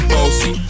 Bossy